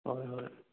ꯍꯣꯏ ꯍꯣꯏ